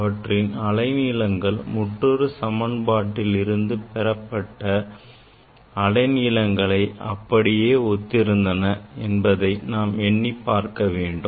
அவற்றின் அலைநீளங்கள் முற்றுரு சமனபாட்டில் இருந்து பெறப்பட்ட அலை நீளங்களை அப்படியே ஒத்திருந்தன என்பதை நாம் எண்ணிப் பார்க்க வேண்டும்